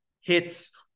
hits